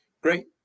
Great